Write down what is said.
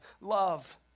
love